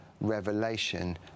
revelation